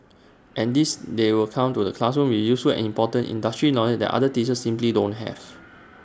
and this they will come to the classroom with useful and important industry knowledge that other teachers simply don't have